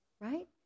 Right